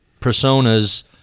personas